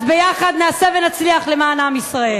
אז יחד נעשה ונצליח, למען עם ישראל.